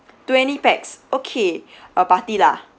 twenty pax okay a party lah